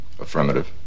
Affirmative